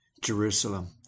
Jerusalem